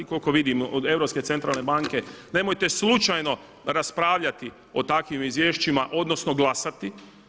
Koliko vidim od Europske centralne banke nemojte slučajno raspravljati o takvim izvješćima odnosno glasati.